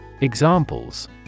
Examples